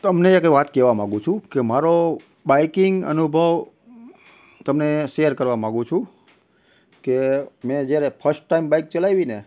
તમને એક વાત કહેવા માંગુ છું કે મારો બાઇકિંગ અનુભવ તમને સેર કરવા માંગુ છું કે મેં જ્યારે ફસ્ટ ટાઈમ બાઇક ચલાવી ને